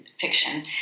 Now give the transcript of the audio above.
Fiction